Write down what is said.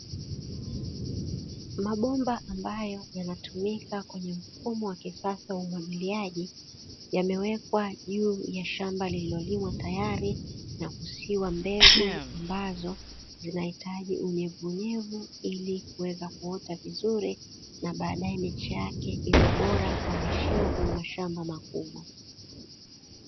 Mabomba ambayo yanatumika kwenye mfumo wa kisasa wa uvumiliaji yamewekwa juu ya shamba lililonenwa tayari na kusiwa mbegu ambazo zinahitaji unyevunyevu, ili kuweza kuota vizuri na baadaye mechi yake iwe bora kwa visiwa kwenye mashamba makubwa.